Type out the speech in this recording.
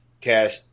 cash